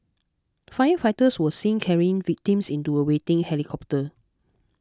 firefighters were seen carrying victims into a waiting helicopter